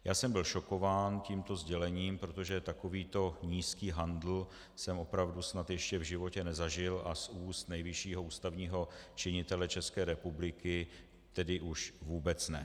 Já jsem byl tímto sdělením šokován, protože takovýto nízký handl jsem opravdu snad ještě v životě nezažil a z úst nejvyššího ústavního činitele České republiky tedy už vůbec ne.